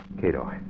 Cato